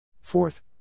Fourth